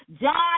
John